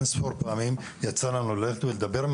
אין ספור פעמים יצא לנו ללכת ולדבר עם